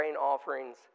offerings